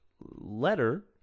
letter